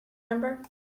number